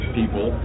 people